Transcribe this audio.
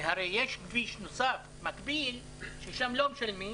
הרי יש כביש נוסף מקביל ששם לא משלמים,